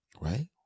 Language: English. right